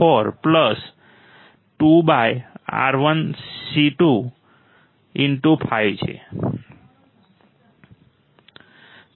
42R1 C25 ચાલો આપણે બીજું ઉદાહરણ લઈએ